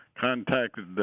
contacted